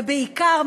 ובעיקר,